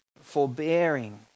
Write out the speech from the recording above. forbearing